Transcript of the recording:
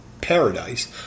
paradise